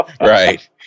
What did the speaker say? Right